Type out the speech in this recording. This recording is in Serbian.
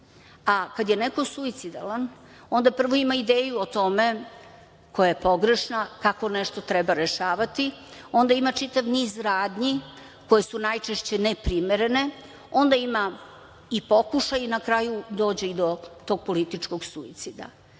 A kad je neko suicidalan, onda prvo ima ideju o tome, koja je pogrešna, kako nešto treba rešavati, onda ima čitav niz radnji koje su najčešće neprimerene, onda ima i pokušaje i na kraju dođe i do tog političkog suicida. Znate,